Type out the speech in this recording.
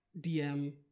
DM